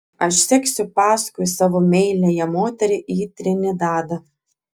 aš seksiu paskui savo meiliąją moterį į trinidadą